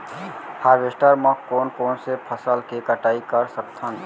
Harvester म कोन कोन से फसल के कटाई कर सकथन?